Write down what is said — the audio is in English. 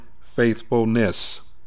faithfulness